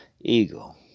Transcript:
eagle